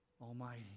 Almighty